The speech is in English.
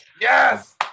Yes